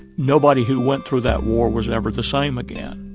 nobody who went through that war was ever the same again.